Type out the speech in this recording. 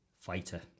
fighter